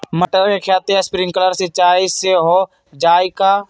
मटर के खेती स्प्रिंकलर सिंचाई से हो जाई का?